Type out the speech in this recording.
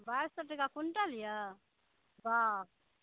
बाइस सए टका क्विंटल यऽ बाप रे